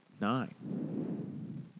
Nine